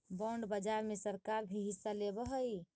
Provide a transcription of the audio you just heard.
bond बाजार में सरकार भी हिस्सा लेवऽ हई